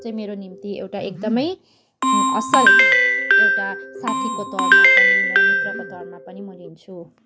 कुकुर चाहिँ मेरो निम्ति एउटा एकदमै असल एउटा साथीको तौरमा पनि म मित्रको तौरमा पनि म लिन्छु